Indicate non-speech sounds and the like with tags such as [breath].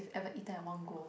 [breath]